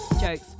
Jokes